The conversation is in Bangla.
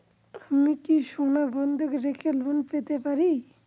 আমি কি সোনা বন্ধক রেখে লোন পেতে পারি?